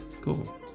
cool